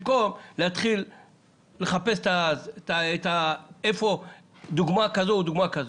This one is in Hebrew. במקום להתחיל לחפש איפה דוגמה כזו או דוגמה כזו,